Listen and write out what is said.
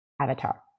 avatar